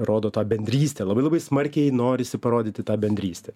rodo tą bendrystę labai labai smarkiai norisi parodyti tą bendrystę